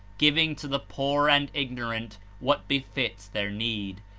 giving to the poor and ignorant what befits their need,